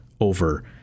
over